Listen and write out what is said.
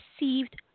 received